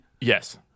Yes